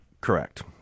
Correct